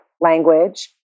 language